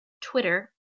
Twitter